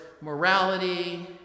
morality